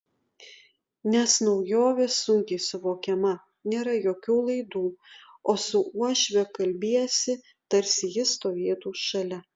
nes naujovė sunkiai suvokiama nėra jokių laidų o su uošve kalbiesi tarsi ji stovėtų šalia